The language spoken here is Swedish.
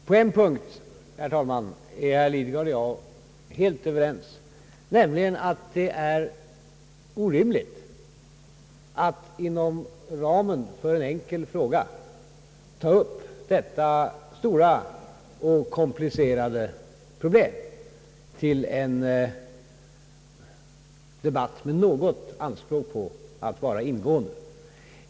Herr talman! På en punkt är herr Lidgard och jag helt överens, nämligen att det är orimligt att inom ramen för en enkel fråga ta upp detta stora och komplicerade problem till en debatt med något anspråk på att vara ingående.